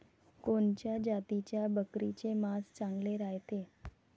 कोनच्या जातीच्या बकरीचे मांस चांगले रायते?